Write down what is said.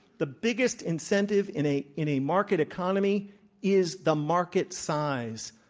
the biggest incentive in a in a market economy is the market size.